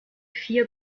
vier